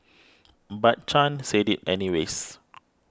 but Chan said it anyways